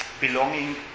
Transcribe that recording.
Belonging